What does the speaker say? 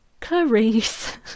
Clarice